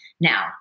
now